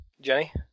Jenny